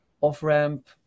off-ramp